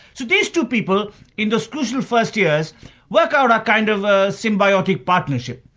so these two people in those crucial first years work out a kind of a symbiotic partnership.